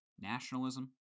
Nationalism